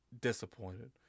disappointed